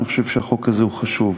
אני חושב שהחוק הזה חשוב,